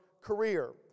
career